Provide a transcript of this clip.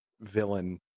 villain